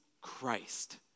Christ